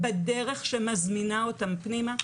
בדרך שמזמינה אותם פנימה.